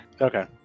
Okay